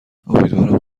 امیدوارم